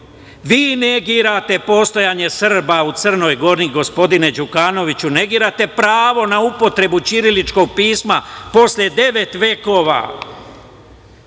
negirate postojanje Srba u Crnoj Gori, gospodine Đukanoviću, negirate pravo na upotrebu ćiriličkog pisma posle devet vekova,